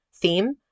theme